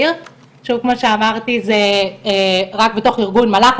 כמו שאמרתי זה רק בתוך ארגון מלא"ח.